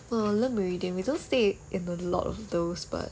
!wah! I love meridian we don't stay in a lot of those but